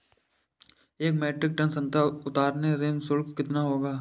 एक metric ton संतरा उतारने का श्रम शुल्क कितना होगा?